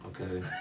okay